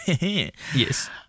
yes